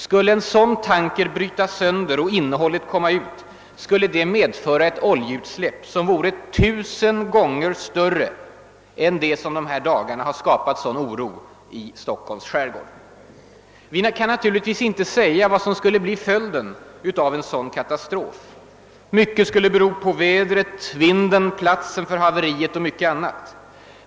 Skulle en sådan tanker brytas sönder och innehållet komma ut skulle det medföra ett oljeutsläpp som vore tusen gånger större än det som under dessa dagar skapat sådan oro i Stockholms skärgård. Vi kan naturligtvis inte säga vad som skulle bli följden av en sådan katastrof. Mycket skulle bero på vädret, vindarna, platsen för haveriet o.d.